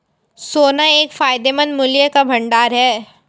सोना एक फायदेमंद मूल्य का भंडार है